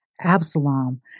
Absalom